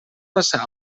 passar